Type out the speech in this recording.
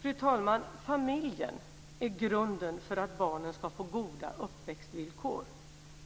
Fru talman! Familjen är grunden för att barnen ska få goda uppväxtvillkor.